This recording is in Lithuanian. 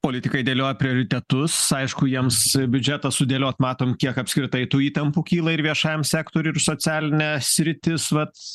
politikai dėlioja prioritetus aišku jiems biudžetą sudėlioti matom kiek apskritai tų įtampų kyla ir viešajam sektoriui ir socialinė sritis vat